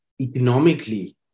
economically